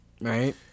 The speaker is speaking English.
Right